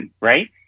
Right